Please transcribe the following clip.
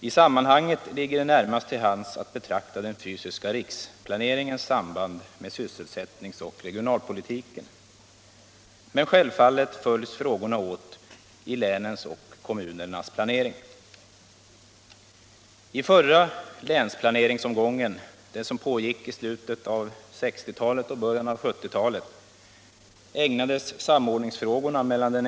I sammanhanget ligger det närmast till hands att betrakta den fysiska riksplaneringens samband med sysselsättnings och regionalpolitiken, men självfallet följs frågorna åt i länens och kommunernas planering.